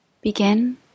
Begin